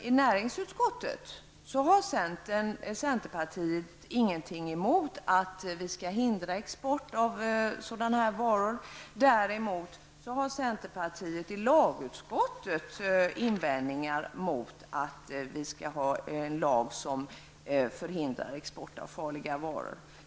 I näringsutskottet har centerpartiet inget emot att vi skall hindra export av sådana varor, men däremot har centerpartiet i lagutskottet invändningar mot en lag som förhindrar export av farliga varor.